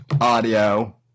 audio